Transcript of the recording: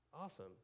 Awesome